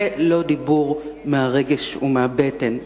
זה לא דיבור מהרגש ומהבטן.